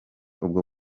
ubwo